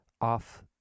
off